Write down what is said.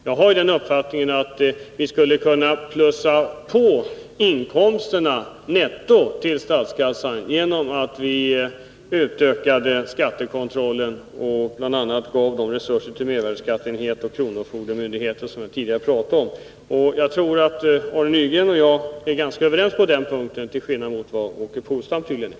Jag har den uppfattningen att vi skulle kunna få nettoinkomster till statskassan genom att utöka skattekontrollen och bl.a. ge mervärdeskatteenheterna och kronofogdemyndigheter na de resurser som jag tidigare har talat om. Och jag tror att Arne Nygren och Nr 147 jag är ganska överens på den punkten, till skillnad mot Åke Polstam. Torsdagen den